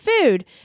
food